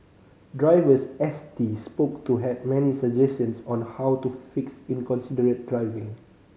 drivers S T spoke to had many suggestions on how to fix inconsiderate driving